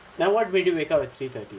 then what made you wake up at three thirty